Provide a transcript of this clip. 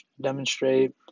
demonstrate